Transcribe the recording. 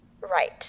Right